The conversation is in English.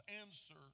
answer